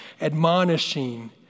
admonishing